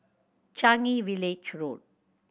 Changi Village Road